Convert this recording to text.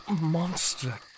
monster